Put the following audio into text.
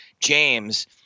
James